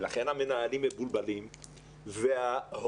ולכן המנהלים מבולבלים וההורים,